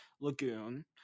Lagoon